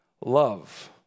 Love